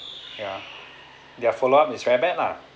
ya their follow up is very bad lah